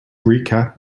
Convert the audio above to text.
recap